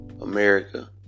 America